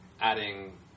adding